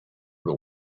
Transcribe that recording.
but